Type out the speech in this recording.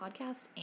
podcast